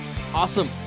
awesome